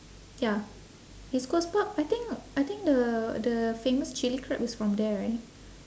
ya east coast park I think I think the the famous chili crab is from there right